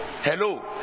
hello